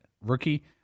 rookie